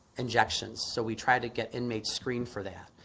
injections so we try to get inmates screen for the